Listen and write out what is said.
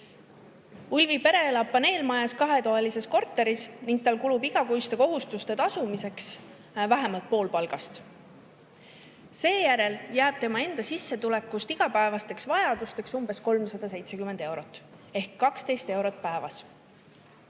Ulvi pere elab paneelmajas kahetoalises korteris ning tal kulub igakuiste kohustuste tasumiseks vähemalt pool palgast. Seejärel jääb tema enda sissetulekust igapäevasteks vajadusteks umbes 370 eurot ehk 12 eurot päevas.